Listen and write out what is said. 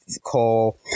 call